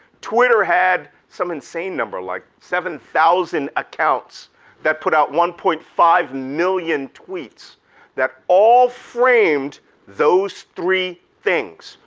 twitter had some insane number, like seven thousand accounts that put out one point five million tweets that all framed those three things,